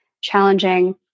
challenging